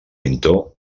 pintor